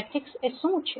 matrix શું છે